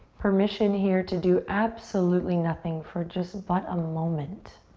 permission here to do absolutely nothing for just but a moment.